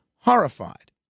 horrified